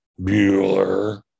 Bueller